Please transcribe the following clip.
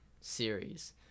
series